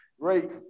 great